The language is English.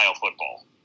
football